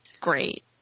great